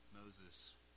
Moses